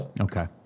Okay